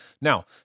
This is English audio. Now